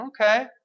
okay